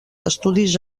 estudis